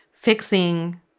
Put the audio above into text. fixing